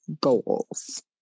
goals